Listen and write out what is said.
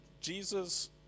Jesus